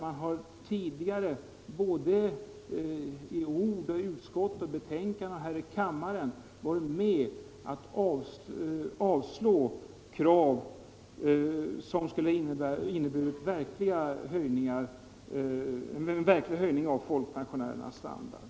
Man har tidigare både i utskottsbetänkanden och här i kammaren varit med om att avvisa krav som skulle ha inneburit en verklig höjning av folkpensionärernas standard.